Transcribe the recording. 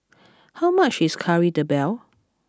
how much is Kari Debal